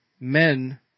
Men